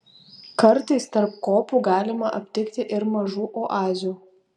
kartais tarp kopų galima aptikti ir mažų oazių